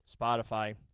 Spotify